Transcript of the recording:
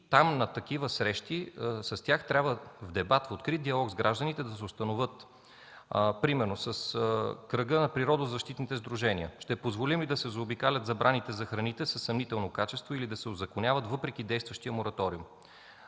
Там, на такива срещи, с тях трябва дебат в открит диалог с гражданите, да се установят –примерно с кръга на природозащитните сдружения, ще позволим ли да се заобикалят забраните за храните със съмнително качество или да се узаконяват въпреки действащия мораториум?